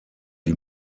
die